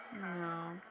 No